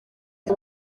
ngo